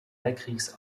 weltkriegs